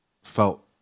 felt